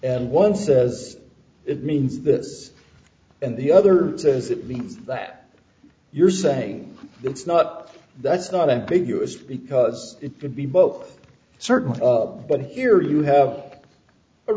and one says it means this and the other says it means that you're saying it's not that's not ambiguous because it could be both certain but here you have a